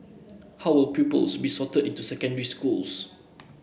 how will pupils be sorted into secondary schools